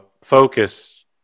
focus